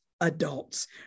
adults